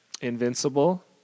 Invincible